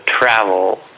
travel